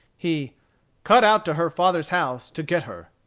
he cut out to her father's house to get her.